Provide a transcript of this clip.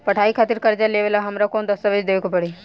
पढ़ाई खातिर कर्जा लेवेला हमरा कौन दस्तावेज़ देवे के पड़ी?